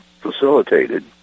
facilitated